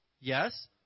Yes